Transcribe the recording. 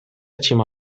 cima